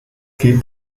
geht